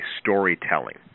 storytelling